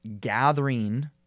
gathering